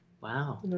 Wow